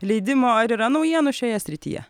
leidimo ar yra naujienų šioje srityje